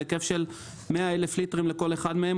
בהיקף של 100,000 ליטרים לכל אחד מהם,